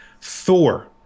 Thor